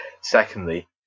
Secondly